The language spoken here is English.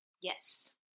Yes